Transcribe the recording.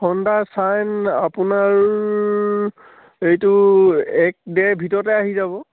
Honda chain আপোনাৰ এইটো এক ডেৰ ভিতৰতে আহি যাব